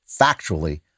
factually